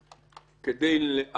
על פי זכרוני מאז,